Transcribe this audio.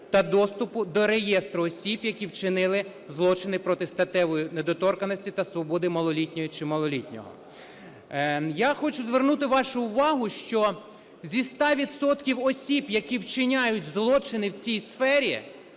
та доступу до реєстру осіб, які вчинили злочини проти статевої недоторканості та свободи малолітньої чи малолітнього. Я хочу звернути вашу увагу, що зі 100 відсотків осіб, які вчиняють злочини в цій сфері,